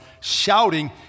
shouting